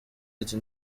ati